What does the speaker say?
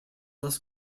less